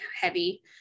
heavy